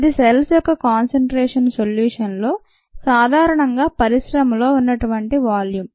ఇది సెల్స్ యొక్క concentration solution లో సాధారణంగా పరిశ్రమలో ఉన్నటువంటి వాల్యూమ్